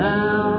Now